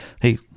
Hey